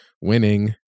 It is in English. Winning